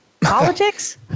Politics